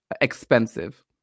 expensive